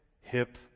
hip